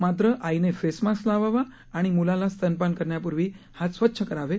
तथापि आईने face mask लावावा आणि मुलाला स्तनपान करण्यापूर्वी हात स्वच्छता करावे